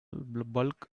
bulk